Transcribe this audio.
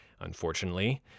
Unfortunately